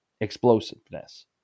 explosiveness